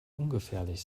ungefährlich